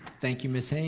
thank you ms. haynes,